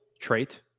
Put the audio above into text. trait